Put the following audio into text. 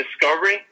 discovery